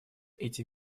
эти